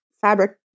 fabric